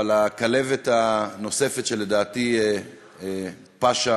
אבל הכלבת הנוספת שלדעתי פושה